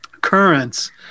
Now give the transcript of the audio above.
currents